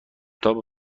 تاپ